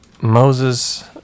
Moses